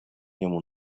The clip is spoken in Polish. niemu